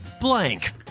blank